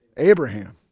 Abraham